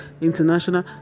international